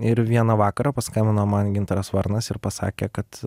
ir vieną vakarą paskambino man gintaras varnas ir pasakė kad